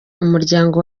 umuryango